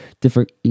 different